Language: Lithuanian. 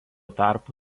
tarpu